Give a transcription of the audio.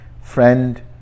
friend